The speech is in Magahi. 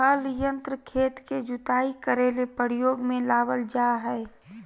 हल यंत्र खेत के जुताई करे ले प्रयोग में लाबल जा हइ